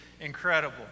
incredible